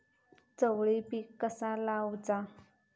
चवळी पीक कसा लावचा?